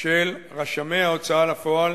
של רשמי ההוצאה לפועל